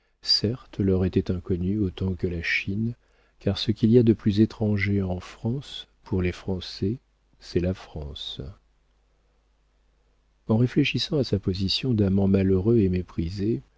certes leur était inconnu autant que la chine car ce qu'il y a de plus étranger en france pour les français c'est la france en réfléchissant à sa position d'amant malheureux et méprisé